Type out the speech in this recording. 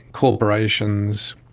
corporations,